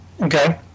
Okay